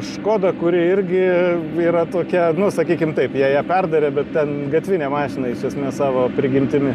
škoda kuri irgi yra tokia nu sakykim taip jie ją perdarė bet ten gatvinė mašina iš esmės savo prigimtimi